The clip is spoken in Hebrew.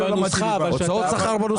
לנוסחה, יש הוצאות שכר בנוסחה.